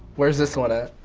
where's this one at?